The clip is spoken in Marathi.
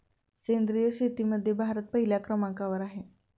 सेंद्रिय शेतीमध्ये भारत पहिल्या क्रमांकावर आहे